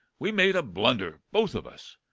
we made a blunder, both of us,